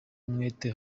umwete